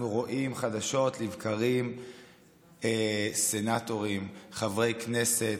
אנחנו רואים חדשות לבקרים סנטורים, חברי כנסת,